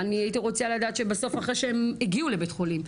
אני הייתי רוצה לדעת שבסוף אחרי שהן הגיעו לבית חולים,